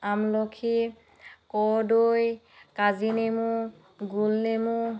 আমলখি কৰ্দৈ কাজীনেমু গোলনেমু